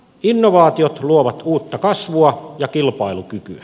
innovaatiot luovat uutta kasvua ja kilpailukykyä